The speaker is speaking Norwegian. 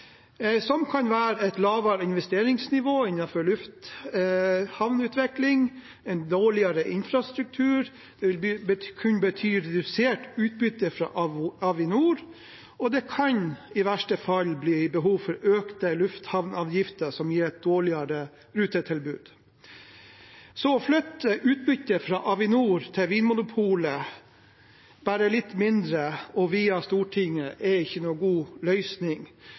som f.eks. kan være et lavere investeringsnivå innenfor lufthavnutvikling. En dårligere infrastruktur vil kunne bety redusert utbytte fra Avinor, og det kan i verste fall bli behov for økte lufthavnavgifter, som gir et dårligere rutetilbud. Å flytte utbyttet fra Avinor til Vinmonopolet – bare litt mindre og via Stortinget – er ikke noen god løsning.